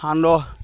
সান্দহ